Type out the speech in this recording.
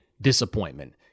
disappointment